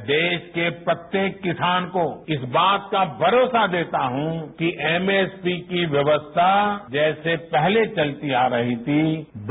मैं देश के प्रत्येक किसान को इस बात का भरोसा देता हूं कि एमएसपी की व्यवस्था जैसे पहले चलती आ रही थी